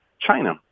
China